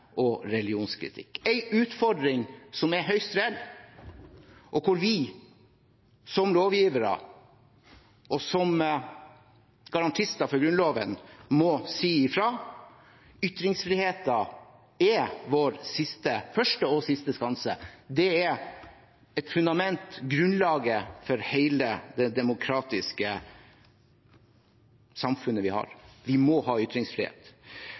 og religionskritikk, en utfordring som er høyst reell, og hvor vi som lovgivere og som garantister for Grunnloven må si ifra. Ytringsfriheten er vår første og siste skanse. Det er et fundament, grunnlaget for hele det demokratiske samfunnet vi har. Vi må ha ytringsfrihet.